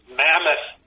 mammoth